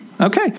Okay